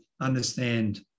understand